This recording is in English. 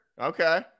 Okay